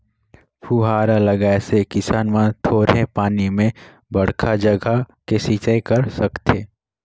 फुहारा लगाए से किसान मन थोरहें पानी में बड़खा जघा के सिंचई कर सकथें